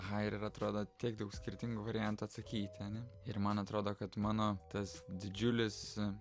aha ir atrodo tiek daug skirtingų variantų atsakyti ane ir man atrodo kad mano tas didžiulis